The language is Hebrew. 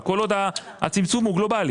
אבל כל עוד הצמצום הוא גלובלי.